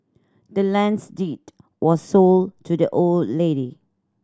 the land's deed was sold to the old lady